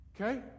Okay